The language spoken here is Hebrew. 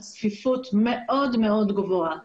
הצפיפות מאוד מאוד גבוהה.